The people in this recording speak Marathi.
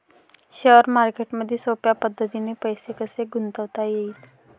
शेअर मार्केटमधी सोप्या पद्धतीने पैसे कसे गुंतवता येईन?